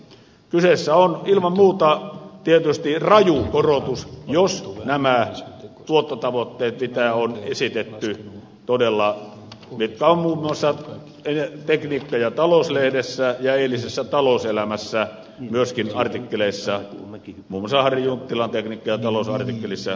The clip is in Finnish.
kyseessä on ilman muuta tietysti raju korotus jos todella toteutuvat nämä tuottotavoitteet mitä on esitetty ja mitkä on muun muassa tekniikka talous lehdessä ja eilisessä talouselämässä muun muassa harri junttilan tekniikka talous lehden artikkelissa käyty läpi